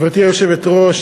גברתי היושבת-ראש,